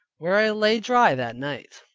where i lay dry that night.